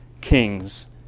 kings